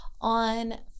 on